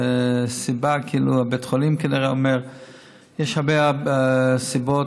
בית החולים אומר שיש הרבה סיבות.